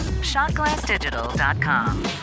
shotglassdigital.com